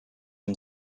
een